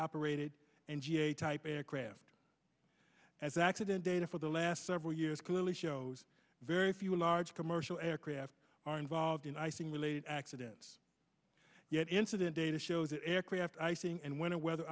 operated and ga type aircraft as accident data for the last several years clearly shows very few large commercial aircraft are involved in icing related accidents yet incident data show that aircraft icing and winter weather